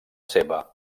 seva